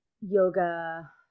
yoga